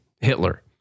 Hitler